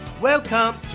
Welcome